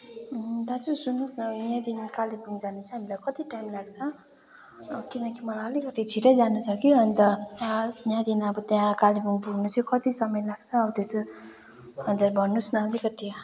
दाजु सुन्नुहोस् न यहाँदेखि कालिम्पोङ जान चाहिँ हामीलाई कति टाइम लाग्छ किनकि मलाई अलिकति छिटै जानु छ कि अन्त यहाँदेखि अब त्यहाँ कालिम्पोङ पुग्न चाहिँ कति समय लाग्छ त्यो चाहिँ हजुर भन्नुहोस् न अलिकति